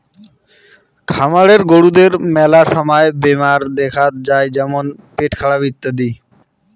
খামারের গরুদের মেলা সময় বেমার দেখাত যাই যেমন পেটখারাপ ইত্যাদি